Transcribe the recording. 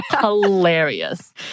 hilarious